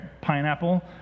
pineapple